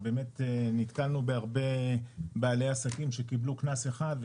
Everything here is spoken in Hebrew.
נתקלנו בהרבה בעלי עסקים שקיבלו קנס אחד,